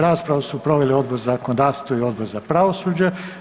Raspravu su proveli Odbor za zakonodavstvo i Odbor za pravosuđe.